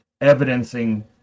evidencing